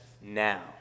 now